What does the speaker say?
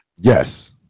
Yes